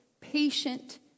patient